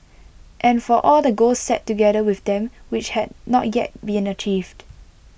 and for all the goals set together with them which had not yet been achieved